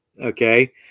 Okay